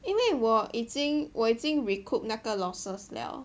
因为我已经我已经 recoup 那个 losses 了